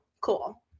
cool